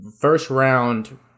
first-round